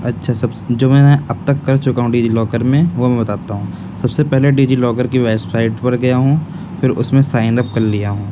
اچھا سبس جو میں نے اب تک کر چکا ہوں ڈیجی لاکر میں وہ میں بتاتا ہوں سب سے پہلے ڈیجی لاکر کی ویبسائٹ پر گیا ہوں پھر اس میں سائن اپ کر لیا ہوں